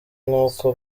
nk’uko